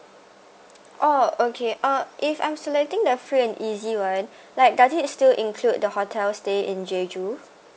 oh okay uh if I'm selecting the free and easy one like does it still include the hotel stay in jeju